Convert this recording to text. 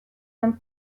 and